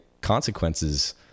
consequences